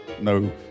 no